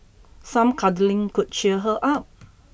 some cuddling could cheer her up